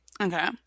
okay